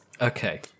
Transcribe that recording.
okay